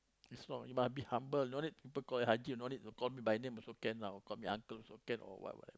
is for you must be humble and all that people call me haji or call me by name also can lah or call me uncle also can or what